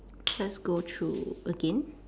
let's go through again